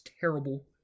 terrible